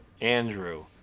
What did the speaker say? Andrew